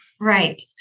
Right